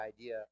idea